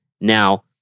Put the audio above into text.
Now